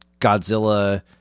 Godzilla